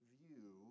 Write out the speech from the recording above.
view